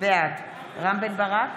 בעד רם בן ברק,